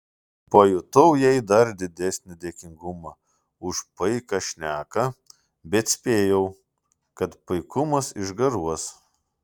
pajutau jai dar didesnį dėkingumą už paiką šneką bet spėjau kad paikumas išgaruos